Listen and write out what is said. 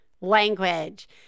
language